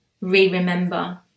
re-remember